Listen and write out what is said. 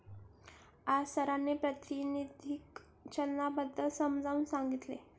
आज सरांनी प्रातिनिधिक चलनाबद्दल समजावून सांगितले